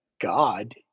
god